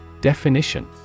Definition